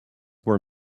were